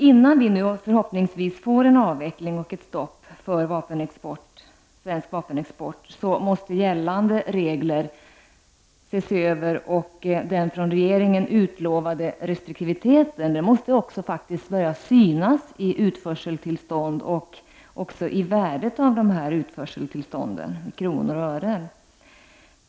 Innan vi förhoppningsvis får en avveckling av och ett stopp för svensk vapenexport måste gällande regler ses över och den av regeringen utlovade restriktiviteten börja synas i antalet utförseltillstånd och värdet av utförseltillstånden i kronor och ören.